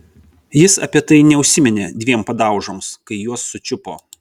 jis apie tai neužsiminė dviem padaužoms kai juos sučiupo